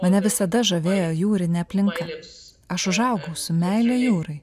mane visada žavėjo jūrinė aplinka aš užaugau su meile jūrai